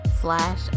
slash